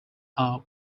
are